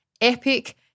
epic